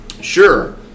Sure